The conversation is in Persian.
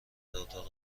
اتاق